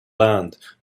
land